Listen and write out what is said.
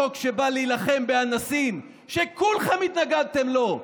חוק שבא להילחם באנסים, שכולכם התנגדתם לו.